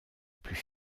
plus